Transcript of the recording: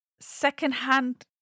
secondhand